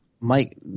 Mike